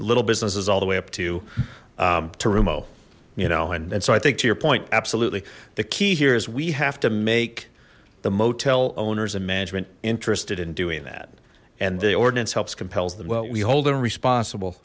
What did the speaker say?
little businesses all the way up to two room oh you know and so i think to your point absolutely the key here is we have to make the motel owners and management interested in doing that and the ordinance helps compels them well we hold them responsible